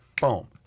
boom